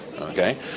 Okay